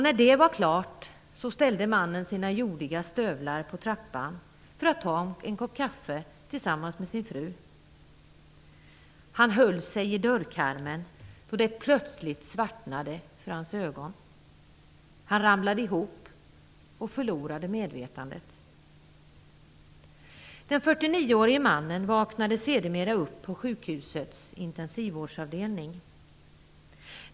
När det var klart ställde mannen sina jordiga stövlar på trappan för att ta en kopp kaffe tillsammans med sin fru. Han höll sig i dörrkarmen då det plötsligt svartnade för hans ögon. Han ramlade ihop och förlorade medvetandet. Den 49-årige mannen vaknade sedermera upp på sjukhusets intensivvårdsavdelning.